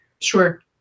Sure